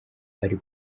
ari